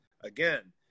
again